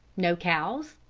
no cows,